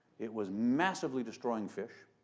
it was massively destroying fish,